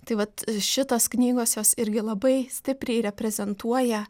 tai vat šitos knygos jos irgi labai stipriai reprezentuoja